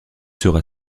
sera